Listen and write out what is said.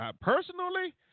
personally